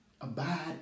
Abide